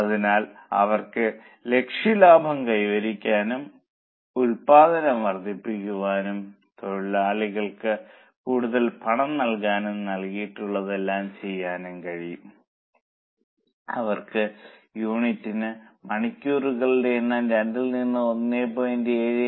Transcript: അതിനാൽ അവർക്ക് ലക്ഷ്യ ലാഭം കൈവരിക്കാനും ഉൽപ്പാദനം വർദ്ധിപ്പിക്കാനും തൊഴിലാളികൾക്ക് കൂടുതൽ പണം നൽകാനും നൽകിയിട്ടുള്ളതെല്ലാം ചെയ്യാനും കഴിയും അവർക്ക് യൂണിറ്റിന് മണിക്കൂറുകളുടെ എണ്ണം 2 ൽ നിന്ന് 1